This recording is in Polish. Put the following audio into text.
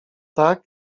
tak